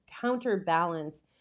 counterbalance